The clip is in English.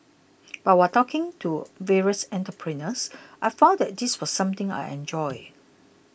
but while talking to various entrepreneurs I found that this was something I enjoyed